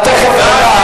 את תיכף עולה.